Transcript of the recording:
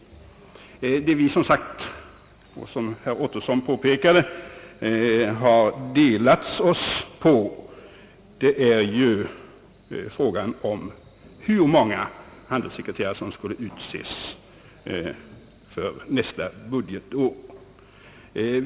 Den fråga där vi har olika uppfattningar gäller, som herr Ottosson har påpekat, hur många handelssekreterare som skall utses för nästa budgetår.